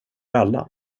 alla